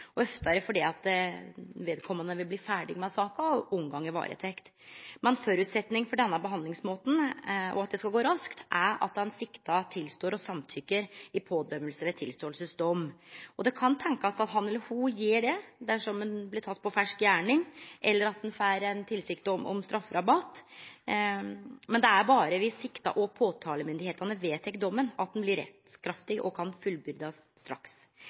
og oftare, fordi vedkommande vil bli ferdig med saka og unngå varetekt. Men føresetnaden for denne behandlingsmåten og at det skal gå raskt, er at den sikta tilstår og samtykkjer i domsseiing ved tilståingsdom. Det kan tenkjast at han eller ho gjer det dersom vedkommande blir teken på fersk gjerning, eller at ein får utsikt til strafferabatt. Men det er berre viss den sikta og påtalemyndigheitene vedtek dommen, at han blir rettskraftig og kan fullbyrdast straks.